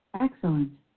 Excellent